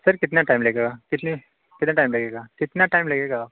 sir कितना time लगेगा इसमें कितना टाइम लगेगा कितना टाइम लगेगा